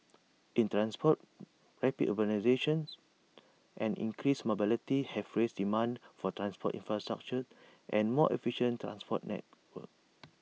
in transport rapid urbanisations and increased mobility have raised demand for transport infrastructure and more efficient transport networks